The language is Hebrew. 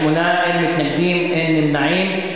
8, אין מתנגדים, אין נמנעים.